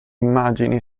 immagini